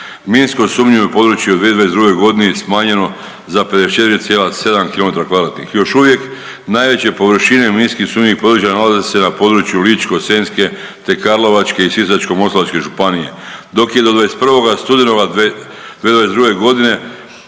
Minsko sumnjivo područje je u 2022.g. smanjeno za 54,7 km2. Još uvijek najveće površine minski sumnjivih područja nalaze se na području Ličko-senjske, te Karlovačke i Sisačko-moslavačke županije, dok je do 21. studenoga 2022.g.